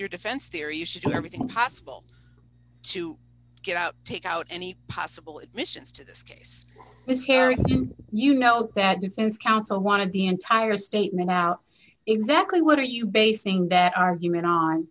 your defense theory you should do everything possible to get out take out any possible admissions to this case miscarry you know that defense counsel wanted the entire statement exactly what are you basing that argument